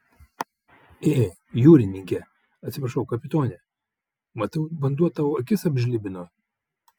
ė jūrininke atsiprašau kapitone matau vanduo tau akis apžlibino